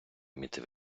вміти